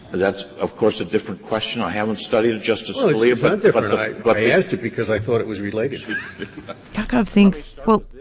that's, of course, a different question. i haven't studied it, justice scalia but i but i asked it because i thought it was related yaakov thinks, well,